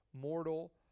mortal